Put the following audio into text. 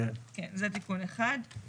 כן, זה תיקון אחד.